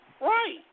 Right